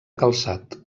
calçat